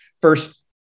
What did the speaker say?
first